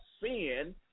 sin